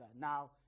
Now